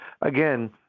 again